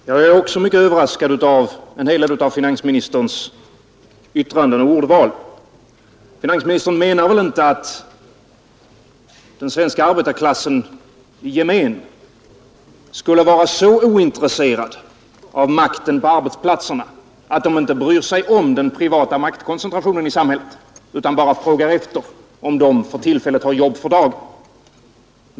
Herr talman! Jag är också mycket överraskad av en hel del av finansministerns yttranden och ordval. Finansministern menar väl inte att den svenska arbetarklassen i gemen skulle vara så ointresserad av makten på arbetsplatserna att man inte bryr sig om den privata maktkoncentrationen i samhället utan bara frågar efter om man har arbete för dagen?